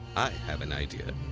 i have an idea!